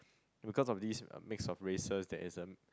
because of this uh mix of races there isn't